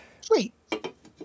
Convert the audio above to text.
Sweet